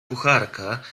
kucharka